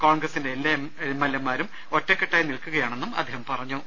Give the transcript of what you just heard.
കോൺഗ്രസിന്റെ എല്ലാ എം എൽ എമാരും ഒറ്റക്കെട്ടായി നിൽക്കുകയാണെന്നും അദ്ദേഹം പറഞ്ഞു